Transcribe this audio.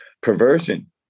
perversion